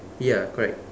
ya correct